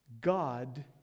God